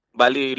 bali